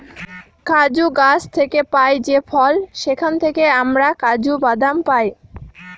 কাজু গাছ থেকে পাই যে ফল সেখান থেকে আমরা কাজু বাদাম পাই